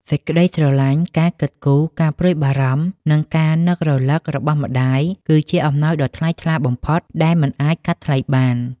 សេចក្ដីស្រឡាញ់ ការគិតគូរ ការព្រួយបារម្ភ និងការនឹករលឹករបស់ម្ដាយគឺជា អំណោយដ៏ថ្លៃថ្លាបំផុត ដែលមិនអាចកាត់ថ្លៃបាន។